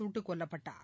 சுட்டுக்கொல்லப்பட்டார்